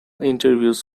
interviews